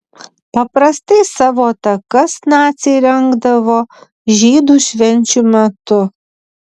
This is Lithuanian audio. paprastai savo atakas naciai rengdavo žydų švenčių metu